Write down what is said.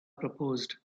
proposed